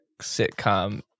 sitcom